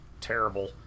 terrible